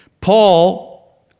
Paul